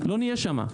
לא נהיה שם.